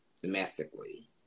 domestically